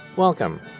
welcome